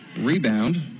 Rebound